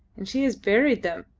and she has buried them,